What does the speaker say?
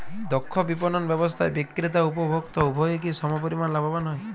দক্ষ বিপণন ব্যবস্থায় বিক্রেতা ও উপভোক্ত উভয়ই কি সমপরিমাণ লাভবান হয়?